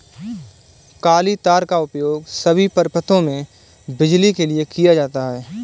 काली तार का उपयोग सभी परिपथों में बिजली के लिए किया जाता है